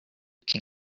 can